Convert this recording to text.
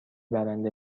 برنده